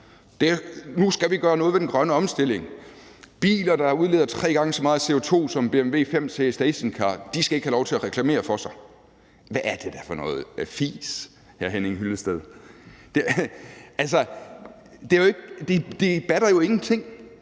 Nu skal vi gøre noget ved den grønne omstilling, og biler, der udleder tre gange så meget CO2 som en BMW 5-Serie Stationcar, skal ikke have lov til at reklamere for sig. Hvad er det da for noget fis, hr. Henning Hyllested? Det batter jo ingenting,